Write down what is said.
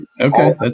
Okay